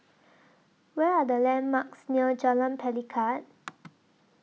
What Are The landmarks near Jalan Pelikat